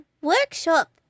workshop